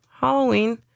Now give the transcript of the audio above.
Halloween